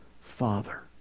Father